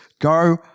go